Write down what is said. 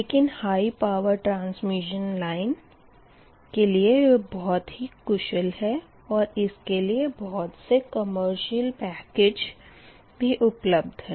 लेकिन high power transmission line के लिए यह बहुत ही कुशल है और इसके लिए बहुत से कमर्शियल पैकेज भी उपलब्ध है